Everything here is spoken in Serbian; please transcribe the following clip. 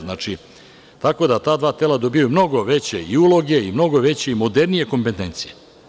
Znači, tako da ta dva tela dobijaju mnogo veće uloge i veće i modernije kompetencije.